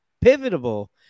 pivotal